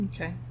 Okay